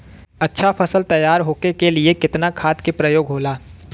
अच्छा फसल तैयार होके के लिए कितना खाद के प्रयोग होला?